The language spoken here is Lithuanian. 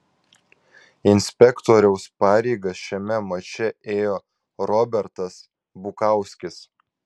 inspektoriaus pareigas šiame mače ėjo robertas bukauskis